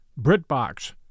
BritBox